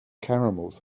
caramels